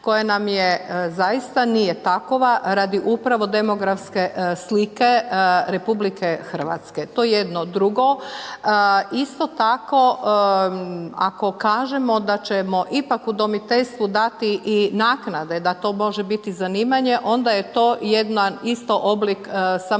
koje nam je zaista nije takva, radi upravo demografske slike RH. To je jedno, drugo, isto tako, ako kažemo da ćemo ipak udomiteljstvu dati naknade da to može biti zanimanje, onda je to isto oblik samozapošljavanja,